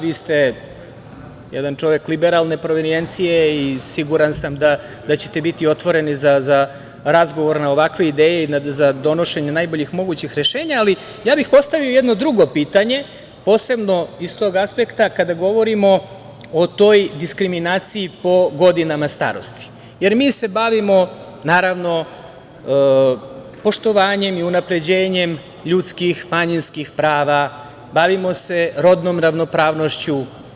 Vi ste jedan čovek liberalne provenijencije i siguran sam da ćete biti otvoreni za razgovor na ovakve ideje i za donošenje najboljih mogućih rešenja, ali ja bih postavio jedno drugo pitanje, posebno iz toga aspekta kada govorimo o toj diskriminaciji po godinama starosti jer mi se bavimo naravno poštovanjem i unapređenjem ljudskih, manjinskih prava, bavimo se rodnom ravnopravnošću.